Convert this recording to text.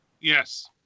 Yes